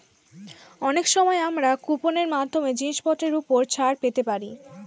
অনেক সময় আমরা কুপন এর মাধ্যমে জিনিসপত্রের উপর ছাড় পেতে পারি